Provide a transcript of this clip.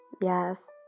yes